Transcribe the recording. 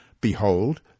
Behold